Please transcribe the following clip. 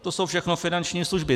To jsou všechno finanční služby.